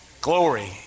Glory